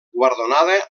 guardonada